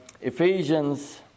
Ephesians